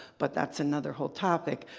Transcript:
but that's another whole topic.